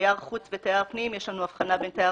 "תייר חוץ" ו"תייר פנים" יש לנו הבחנה בין תייר